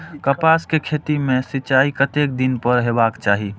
कपास के खेती में सिंचाई कतेक दिन पर हेबाक चाही?